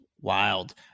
wild